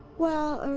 well, er,